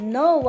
no